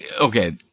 okay